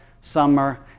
summer